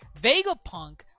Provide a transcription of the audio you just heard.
Vegapunk